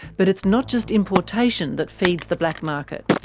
but it's not just importation that feeds the black market.